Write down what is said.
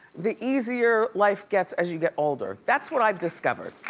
the easier life gets as you get older. that's what i've discovered.